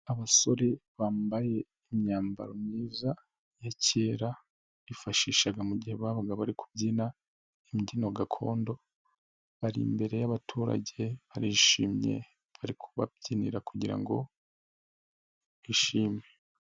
Abasore bambaye imyambaro myiza ya kera bifashishaga mu gihe babaga bari kubyina imbyino gakondo, bari imbere yabaturage barishimye bari kubabyinira kugira ngo bishime.